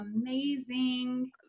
amazing